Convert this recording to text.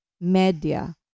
Media